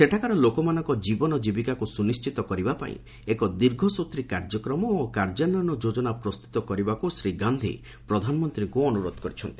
ସେଠାକାର ଲୋକମାନଙ୍କ ଜୀବନ ଜୀବିକାକୁ ସୁନିଶ୍ଚିତ କରିବା ପାଇଁ ଏକ ଦୀର୍ଘସୂତ୍ରୀ କାର୍ଯ୍ୟକ୍ରମ ଓ କାର୍ଯ୍ୟାନ୍ୱୟନ ଯୋଜନା ପ୍ରସ୍ତୁତ କରିବାକୁ ଶ୍ରୀ ଗାନ୍ଧି ପ୍ରଧାନମନ୍ତ୍ରୀଙ୍କୁ ଅନୁରୋଧ କରିଛନ୍ତି